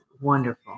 wonderful